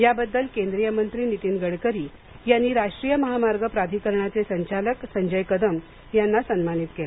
याबद्दल केंद्रीय मंत्री नितीन गडकरी यांनी राष्ट्रीय महामार्ग प्राधिकरणचे संचालक संजय कदम यांना सन्मान करण्यात आला